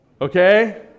Okay